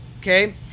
Okay